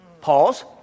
Pause